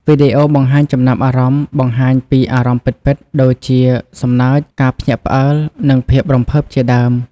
វីដេអូបង្ហាញចំណាប់អារម្មណ៍ បង្ហាញពីអារម្មណ៍ពិតៗ ដូចជាសំណើច ការភ្ញាក់ផ្អើល និងភាពរំភើបជាដើម។